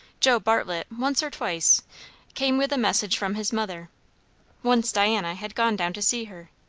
joe bartlett once or twice came with a message from his mother once diana had gone down to see her.